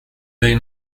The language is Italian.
dei